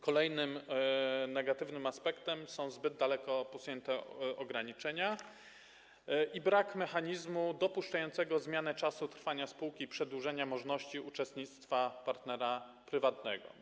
Kolejne negatywne aspekty to zbyt daleko posunięte ograniczenia i brak mechanizmu dopuszczającego zmianę czasu trwania spółki i przedłużenia możności uczestnictwa partnera prywatnego.